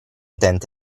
utente